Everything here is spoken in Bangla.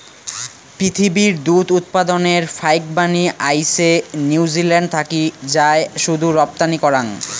পিথীবির দুধ উৎপাদনের ফাইকবানী আইসে নিউজিল্যান্ড থাকি যায় শুধু রপ্তানি করাং